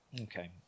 Okay